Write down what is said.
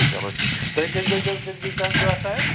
چلو ٹھیٖک تُہۍ کٔژِ بَجہِ حظ کٔژِ بَجہِ تام چھُو آسان اَتہِ